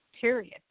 period